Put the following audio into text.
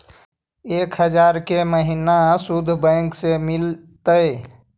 एक हजार के महिना शुद्ध बैंक से मिल तय?